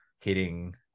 hitting